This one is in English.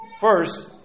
First